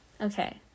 Okay